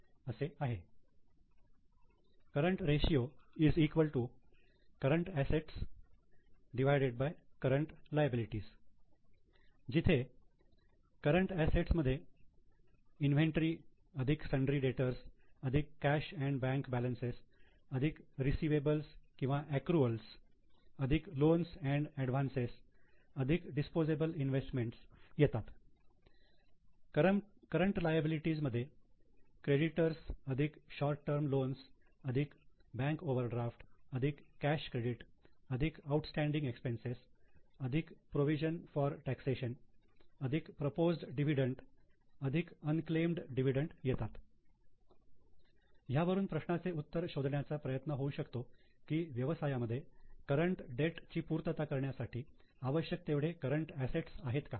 current assets current ratio current liability जिथे current assets inventory sundry debtors cash and bank balance Cash Bank balances receivables accrual Receivables Accruals loans and advance Loans Advances disposable investment current liability creditors short term loans bank overdraft cash credit outstanding expenses provision for taxation proposed dividend unclaimed dividend ह्यावरून प्रश्नाचे उत्तर शोधण्याचा प्रयत्न होऊ शकतो की व्यवसायामध्ये current debt ची पूर्तता करण्यासाठी आवश्यक तेवढे करंट असेट्स आहेत का